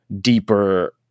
deeper